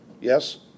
Yes